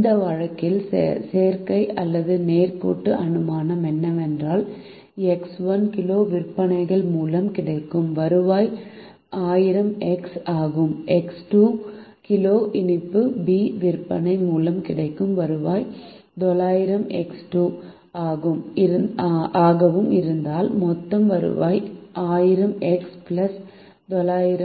இந்த வழக்கில் சேர்க்கை அல்லது நேர்கோட்டு அனுமானம் என்னவென்றால் எக்ஸ் 1 கிலோ விற்பதன் மூலம் கிடைக்கும் வருவாய் 1000 எக்ஸ் 1 ஆகவும் எக்ஸ் 2 கிலோ இனிப்பு B விற்பதன் மூலம் கிடைக்கும் வருவாய் 900 எக்ஸ் 2 ஆகவும் இருந்தால் மொத்த வருவாய் 1000 எக்ஸ் 1